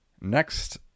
Next